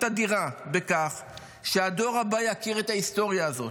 אדירה בכך שהדור הבא יכיר את ההיסטוריה הזאת,